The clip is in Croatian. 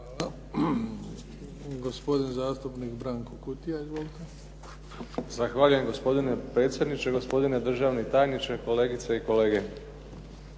Hvala.